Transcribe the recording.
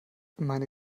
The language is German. meine